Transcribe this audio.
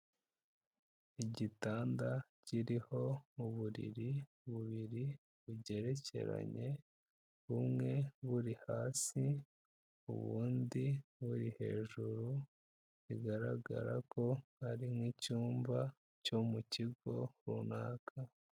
Igitanda kiriho uburiri bubiri bugerekeranye, bumwe buri hasi, ubundi buri hejuru, bigaragara ko ari nk'icyumba cyo mu kigo runaka.